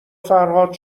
فرهاد